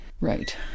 Right